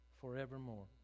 forevermore